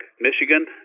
Michigan